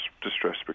distress